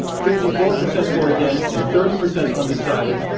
fifty four percent were against, and thirty percent undecided.